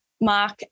Mark